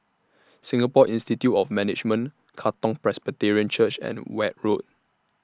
Singapore Institute of Management Katong Presbyterian Church and Weld Road